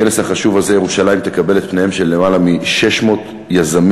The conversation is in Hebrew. בכנס החשוב הזה ירושלים תקבל את פניהם של למעלה מ-600 יזמים,